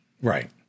Right